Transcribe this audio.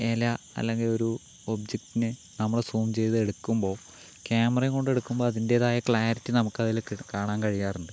ഇല അല്ലെങ്കിൽ ഒരു ഒബ്ജെക്ടിനെ നമ്മൾ സൂം ചെയ്തെടുക്കുമ്പോൾ ക്യാമറയും കൊണ്ട് എടുക്കുമ്പോൾ അതിൻ്റെതായ ക്ലാരിറ്റി നമുക്ക് അതിൽ കാണാൻ കഴിയാറുണ്ട്